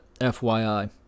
FYI